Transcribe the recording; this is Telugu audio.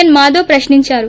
ఎస్ మాధవ్ ప్రశ్నించారు